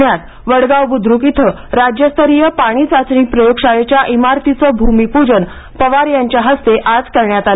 पुण्यात वडगांव बुद्रुक इथं राज्यस्तरीय पाणी चाचणी प्रयोगशाळेच्या इमारतीचे भूमीपूजन पवार यांच्या हस्ते करण्यात आलं